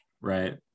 Right